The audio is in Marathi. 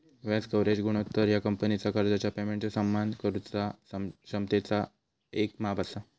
व्याज कव्हरेज गुणोत्तर ह्या कंपनीचा कर्जाच्या पेमेंटचो सन्मान करुचा क्षमतेचा येक माप असा